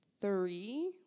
Three